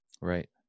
Right